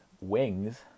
wings